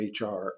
HR